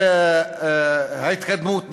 התקדמות בתהליך.